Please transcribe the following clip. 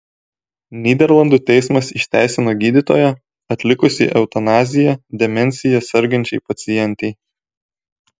nyderlandų teismas išteisino gydytoją atlikusį eutanaziją demencija sergančiai pacientei